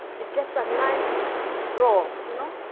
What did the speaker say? it gets a nice roll you know,